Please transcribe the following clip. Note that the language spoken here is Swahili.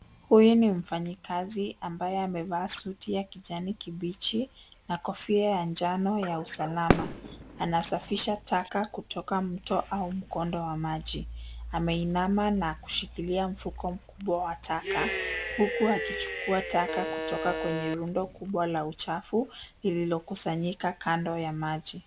Huyu ni mfanyikazi ambaye amevaa suti ya kijani kibichi na kofia ya njano ya usalama. Anasafisha taka kutoka mto au mkondo wa maji. Ameinama na kushikilia mfuko mkubwa wa taka huku akichukua taka kutoka kwenye rundo kubwa la uchafu lililokusanyika kando ya maji.